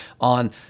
on